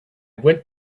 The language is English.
went